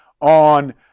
on